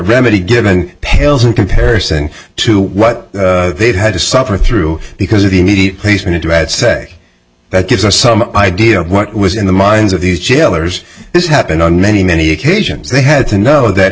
remedy given pales in comparison to what they've had to suffer through because of the need to add say that gives us some idea of what was in the minds of these jailers this happened on many many occasions they had to know that